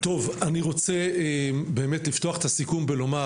אני רוצה לפתוח את הסיכום ולומר